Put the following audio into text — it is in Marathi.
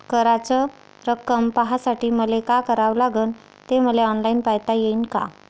कराच रक्कम पाहासाठी मले का करावं लागन, ते मले ऑनलाईन पायता येईन का?